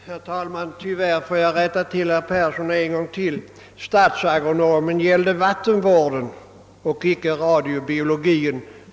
Herr talman! Tyvärr måste jag rätta herr Persson i Skänninge ännu en gång. Statsagronomtjänsten gäller vattenvården och icke radiobiologin.